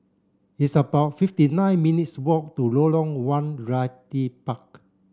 it's about fifty nine minutes' walk to Lorong one Realty Park